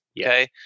Okay